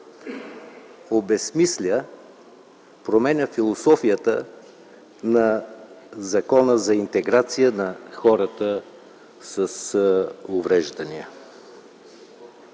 обезсмисля промяната, философията на Закона за интеграция на хората с увреждания.